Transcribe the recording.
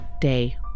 day